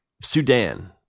Sudan